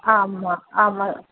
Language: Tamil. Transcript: ஆமாம் ஆமாம்